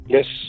Yes